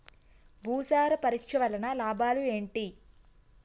భూసార పరీక్ష వలన లాభాలు ఏంటి?